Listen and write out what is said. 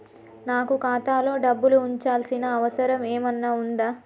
నాకు ఖాతాలో డబ్బులు ఉంచాల్సిన అవసరం ఏమన్నా ఉందా?